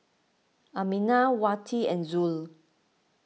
Aminah Wati and Zul